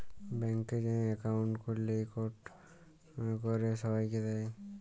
ব্যাংকে যাঁয়ে একাউল্ট খ্যুইলে ইকট ক্যরে ছবাইকে দেয়